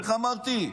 איך אמרתי,